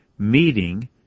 meeting